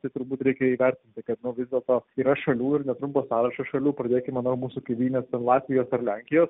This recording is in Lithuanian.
tai turbūt reikia įvertinti kad nu vis dėlto yra šalių ir netrumpas sąrašas šalių pradėkime nuo mūsų kaimynės latvijos ar lenkijos